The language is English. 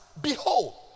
behold